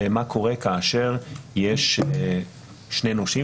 מה קורה כאשר יש שני נושים?